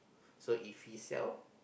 so if he sell